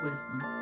Wisdom